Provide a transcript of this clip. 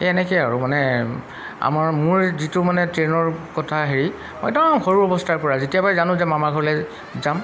সেই এনেকেই আৰু মানে আমাৰ মোৰ যিটো মানে ট্ৰেইনৰ কথা হেৰি মই একদম সৰু অৱস্থাৰ পৰা যেতিয়াৰ পৰাই জানো যে মামাৰ ঘৰলৈ যাম